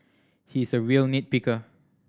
he is a real nit picker